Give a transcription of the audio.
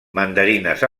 mandarines